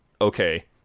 okay